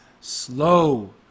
slow